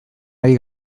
ari